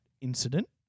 Incident